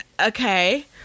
okay